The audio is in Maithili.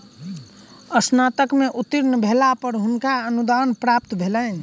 स्नातक में उत्तीर्ण भेला पर हुनका अनुदान प्राप्त भेलैन